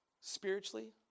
spiritually